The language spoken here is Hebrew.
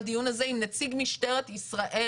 עם נציג משטרת ישראל.